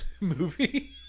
movie